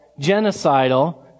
genocidal